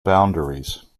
boundaries